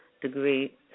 degree